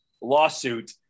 lawsuit